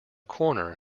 corner